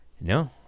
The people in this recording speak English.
No